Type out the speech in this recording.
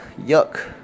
yuck